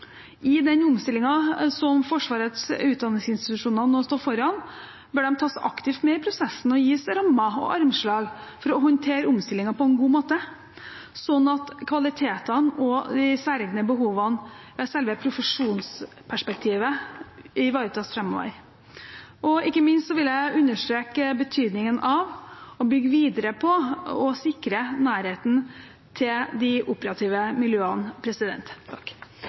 I den omstillingen som Forsvarets utdanningsinstitusjoner nå står foran, bør de tas aktivt med i prosessen og gis rammer og armslag for å håndtere omstillingen på en god måte, slik at kvalitetene og de særegne behovene ved selve profesjonsperspektivet ivaretas framover. Ikke minst vil jeg understreke betydningen av å bygge videre på og sikre nærheten til de operative miljøene.